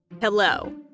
Hello